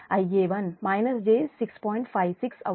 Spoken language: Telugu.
56 అవుతుంది